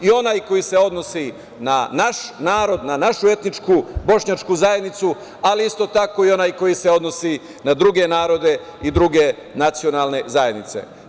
I onaj koji se odnosi na naš narod, na našu etičku, Bošnjačku zajednicu, ali isto tako i onaj koji se odnosi na druge narode i druge nacionalne zajednice.